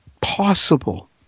possible